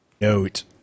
note